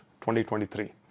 2023